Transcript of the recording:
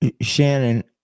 Shannon